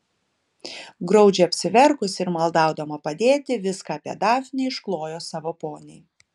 graudžiai apsiverkusi ir maldaudama padėti viską apie dafnę išklojo savo poniai